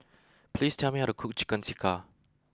please tell me how to cook Chicken Tikka